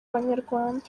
banyarwanda